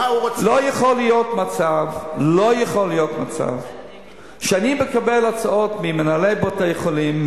לא יכול להיות מצב שאני מקבל הצעות ממנהלי בתי-חולים,